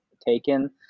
taken